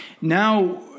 Now